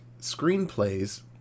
screenplays